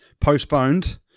postponed